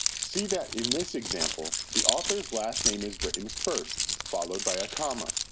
see that in this example, the author's last name is written first followed by a comma.